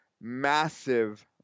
massive